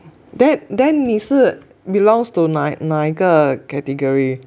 then then 你是 belongs to 哪哪一个 category